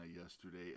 yesterday